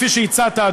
כפי שהצעת,